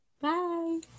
bye